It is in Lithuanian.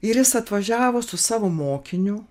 ir jis atvažiavo su savo mokiniu